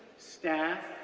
staff,